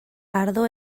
ardo